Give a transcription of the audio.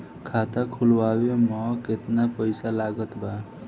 खाता खुलावे म केतना पईसा लागत बा?